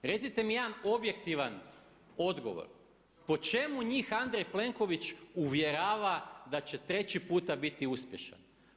Recite mi je dan objektivan odgovor, po čemu njih Andrej Plenković uvjerava da će treći puta biti uspješan?